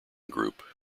group